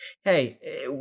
Hey